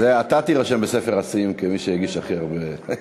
זה אתה שתירשם בספר השיאים כמי שהעביר הכי הרבה.